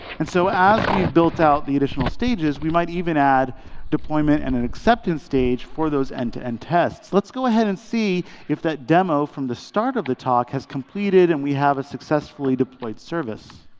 and so as we've built out the additional stages, we might even add deployment and an acceptance stage for those end to end tests. let's go ahead and see if that demo from the start of the talk has completed and we have a successfully deployed service.